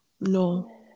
no